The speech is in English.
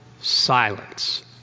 silence